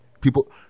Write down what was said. people